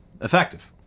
Effective